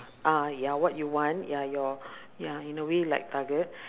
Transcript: ah ya what you want ya your ya in a way like target